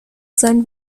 sein